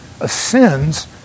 ascends